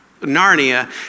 Narnia